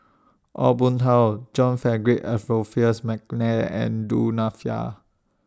Aw Boon Haw John Frederick Adolphus Mcnair and Du Nanfa